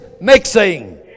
mixing